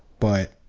but,